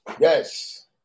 Yes